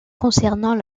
concernant